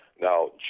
Now